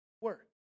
work